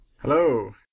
Hello